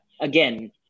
again